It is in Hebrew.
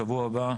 שבוע הבא,